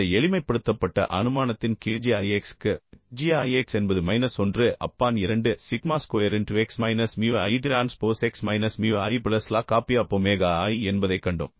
இந்த எளிமைப்படுத்தப்பட்ட அனுமானத்தின் கீழ் g i x க்கு g i x என்பது minus 1 upon 2 sigma square into x minus mu i transpose x minus mu i plus log of p of omega i என்பதைக் கண்டோம்